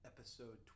Episode